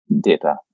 data